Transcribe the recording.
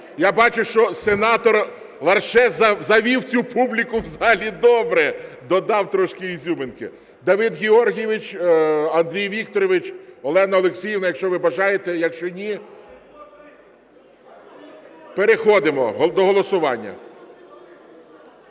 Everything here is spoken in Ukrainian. Я бачу, що Сенатор Ларше завів цю публіку в залі добре, додав трошки ізюминки. Давид Георгійович, Андрій Вікторович, Олена Олексіївна, якщо ви бажаєте… Якщо ні… (Шум у залі) Переходимо до голосування.